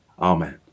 amen